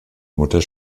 mutter